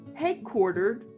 headquartered